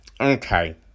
okay